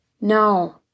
No